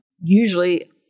usually